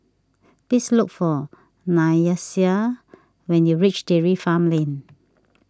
please look for Nyasia when you reach Dairy Farm Lane